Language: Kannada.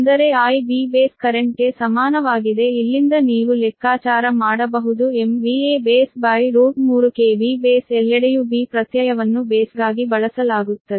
ಅಂದರೆ I B ಬೇಸ್ ಕರೆಂಟ್ಗೆ ಸಮಾನವಾಗಿದೆ ಇಲ್ಲಿಂದ ನೀವು ಲೆಕ್ಕಾಚಾರ ಮಾಡಬಹುದು Base3Base ಎಲ್ಲೆಡೆಯೂ B ಪ್ರತ್ಯಯವನ್ನು ಬೇಸ್ಗಾಗಿ ಬಳಸಲಾಗುತ್ತದೆ